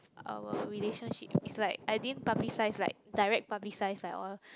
our relationship is like I didn't publicise like direct publicise like all